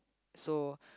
so